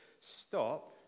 stop